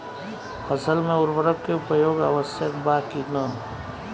फसल में उर्वरक के उपयोग आवश्यक बा कि न?